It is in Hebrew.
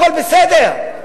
הכול בסדר,